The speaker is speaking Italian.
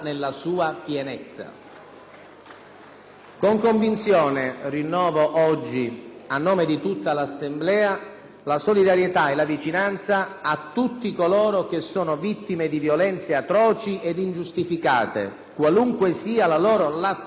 Con convinzione rinnovo oggi, a nome di tutta l'Assemblea, la solidarietà e la vicinanza a tutti coloro che sono vittime di violenze atroci ed ingiustificate, qualunque sia la loro nazionalità o la loro etnia.